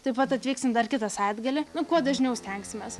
taip pat atvyksim dar kitą savaitgalį nu kuo dažniau stengsimės